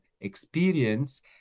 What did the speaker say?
experience